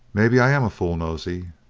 maybe i am a fool, nosey.